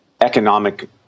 economic